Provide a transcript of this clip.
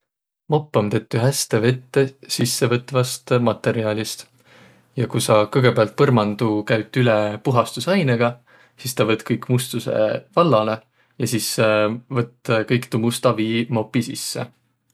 Mopp om tettü häste vett sisse võtvast matõrjalist. Ja ku saq kõgõpäält käüt põrmandu üle puhastusainõga, sis taa võtt kõik mustusõ vallalõ ja sis võtt kõik tuu musta vii mopi sisse.